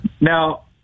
Now